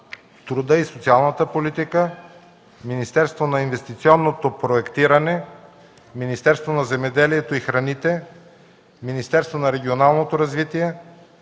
труда и социалната политика; - Министерство на инвестиционното проектиране; - Министерство на земеделието и храните; - Министерство на регионалното развитие;